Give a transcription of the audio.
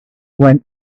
went